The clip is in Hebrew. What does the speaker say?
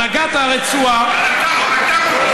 הנהגת הרצועה,